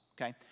Okay